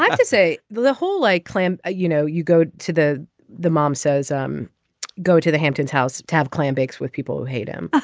um to say the whole like clam you know you go to the the mom says um go to the hamptons house tab clam bakes with people who hate him. ah